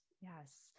Yes